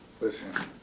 listen